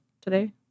today